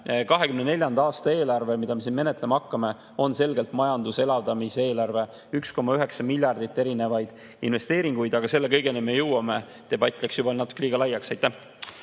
2024. aasta eelarve, mida me siin menetlema hakkame, on selgelt majanduse elavdamise eelarve: 1,9 miljardi eest erinevaid investeeringuid. Aga selle kõigeni me jõuame. Debatt läks juba natuke liiga laiaks. Aitäh!